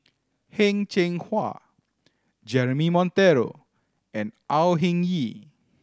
Heng Cheng Hwa Jeremy Monteiro and Au Hing Yee